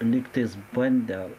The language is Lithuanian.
lygtais bandė